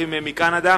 נמנע אחד.